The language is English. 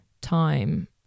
time